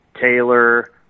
Taylor